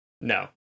No